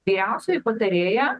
vyriausioji patarėja